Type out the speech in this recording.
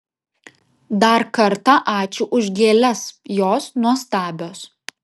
dar kartą ačiū už gėles jos nuostabios